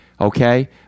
Okay